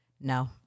No